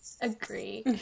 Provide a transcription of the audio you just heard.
agree